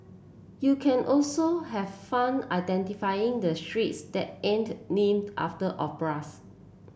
you can also have fun identifying the streets that aren't named after operas